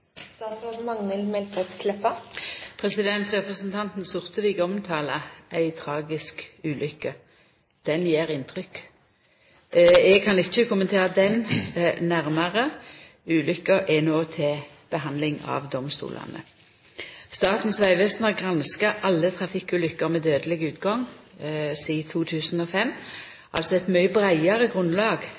Representanten Sortevik omtaler ei tragisk ulukke. Ho gjer inntrykk. Eg kan ikkje kommentera ho nærmare. Ulukka er no til behandling av domstolane. Statens vegvesen har granska alle trafikkulukker med dødeleg utgang sidan 2005, altså eit mykje breiare grunnlag